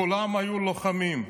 כולם היו לוחמים.